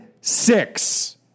six